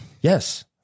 Yes